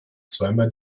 zweimal